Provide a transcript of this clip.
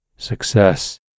success